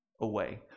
away